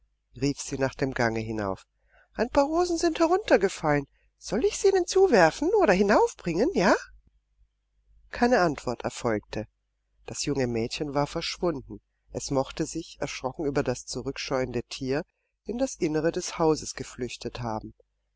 rief sie nach dem gange hinauf ein paar rosen sind heruntergefallen soll ich sie ihnen zuwerfen oder hinaufbringen ja keine antwort erfolgte das junge mädchen war verschwunden es mochte sich erschrocken über das zurückscheuende tier in das innere des hauses geflüchtet haben